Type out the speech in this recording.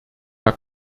herr